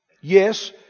Yes